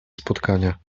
spotkania